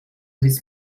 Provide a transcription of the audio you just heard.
this